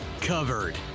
covered